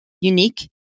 unique